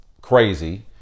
crazy